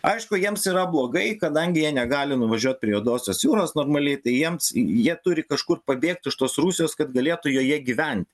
aišku jiems yra blogai kadangi jie negali nuvažiuot prie juodosios jūros normaliai tai jiems jie turi kažkur pabėgt iš tos rusijos kad galėtų joje gyvent